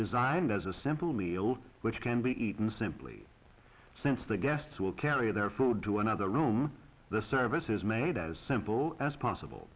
designed as a simple meal which can be eaten simply since the guests will carry their food to another room the service is made as simple as possible